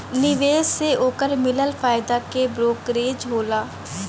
निवेश से ओकर मिलल फायदा के ब्रोकरेज होला